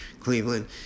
Cleveland